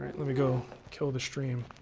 let me go kill the stream.